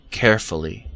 carefully